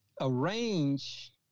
arrange